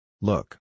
Look